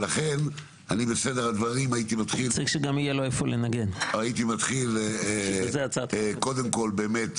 לכן בסדר הדברים קודם כול, הייתי מתחיל לדאוג לכך